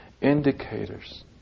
indicators